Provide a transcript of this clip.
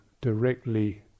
Directly